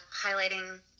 highlighting